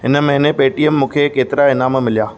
हिन महिने पेटीएम मूंखे केतिरा इनाम मिलिया